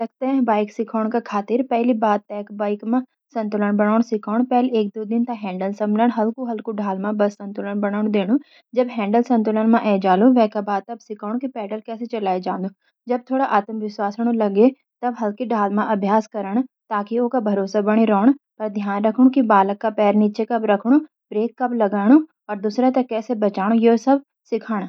पंयली बात तैक बाइक मा संतुलन बनैण सिखाणु। पैल एक दो दिन तक हैंडल समभल। हलकु हलकु ढाल मा बस संतुलन बनैण दैणु। जब हैंडल संतुलन मा आए जालू वे का बाद, तब सिखाणू कि पेडल कैस चलाई जांदु. जब थोड़ु आत्मविश्वासणू लगै, तब हलकी ढाल में अभ्यास कराणा ताकि ऊ का भरोस बणी रौण। पर धियान राखणु कि बाळक का पैरा नीचे कब रखणु, ब्रेक कब लगैणु और दूसरन तैं कैसे बचौणु, यो सब सिखणा।